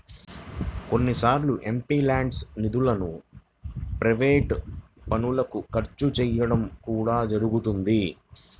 కొన్నిసార్లు ఎంపీల్యాడ్స్ నిధులను ప్రైవేట్ పనులకు ఖర్చు చేయడం కూడా జరుగుతున్నది